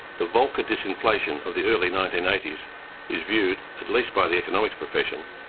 the volker disinflation of the early nineteen eighty s is viewed, at least by the economics profession,